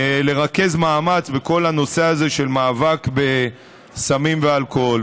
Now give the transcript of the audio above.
לרכז מאמץ בכל הנושא הזה של מאבק בסמים ואלכוהול.